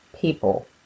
people